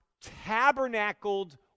tabernacled